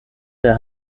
der